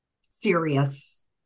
serious